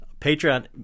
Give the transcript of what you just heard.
Patreon